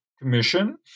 commission